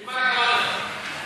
זה לא דעה שלו, זה גדולי רבני ישראל.